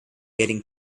getting